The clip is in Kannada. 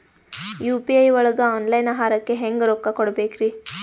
ಯು.ಪಿ.ಐ ಒಳಗ ಆನ್ಲೈನ್ ಆಹಾರಕ್ಕೆ ಹೆಂಗ್ ರೊಕ್ಕ ಕೊಡಬೇಕ್ರಿ?